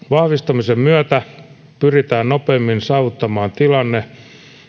vahvistamisen myötä pyritään nopeammin saavuttamaan tilanne